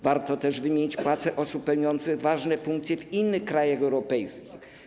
Warto też wymienić płace osób pełniących ważne funkcje w innych krajach europejskich.